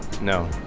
No